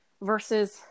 versus